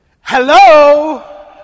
Hello